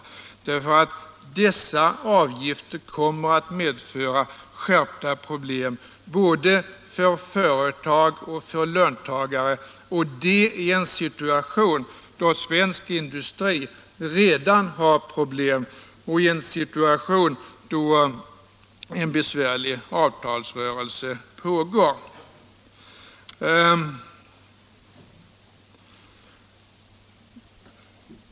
Sådana höjningar kommer nämligen att medföra skärpta problem både för företag och för löntagare, och det i en situation då svensk industri redan har problem och då en besvärlig avtalsrörelse pågår.